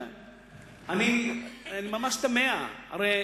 אני ממש תמה, הרי